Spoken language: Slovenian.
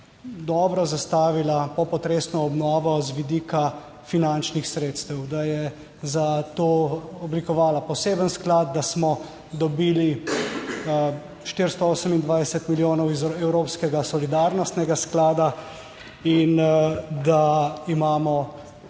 dobro zastavila popotresno obnovo z vidika finančnih sredstev, da je za to oblikovala poseben sklad, da smo dobili 428 milijonov iz Evropskega solidarnostnega sklada in da imamo